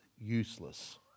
useless